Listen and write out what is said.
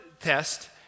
test